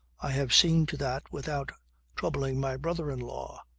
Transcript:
i have seen to that without troubling my brother-in-law.